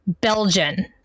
Belgian